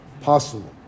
possible